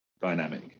dynamic